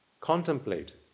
contemplate